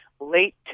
late